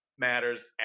matters